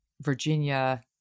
Virginia